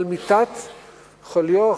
על מיטת חוליו,